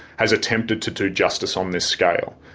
has attempted to do justice on this scale.